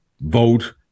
vote